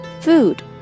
food